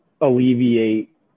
alleviate